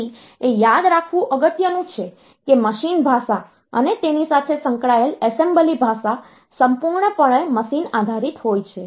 તેથી એ યાદ રાખવું અગત્યનું છે કે મશીન ભાષા અને તેની સાથે સંકળાયેલ એસેમ્બલી ભાષા સંપૂર્ણપણે મશીન આધારિત હોય છે